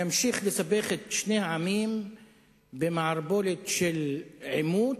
ימשיך לסבך את שני העמים במערבולת של עימות